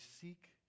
seek